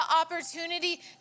opportunity